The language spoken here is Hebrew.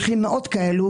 לי יש מאות כאלה,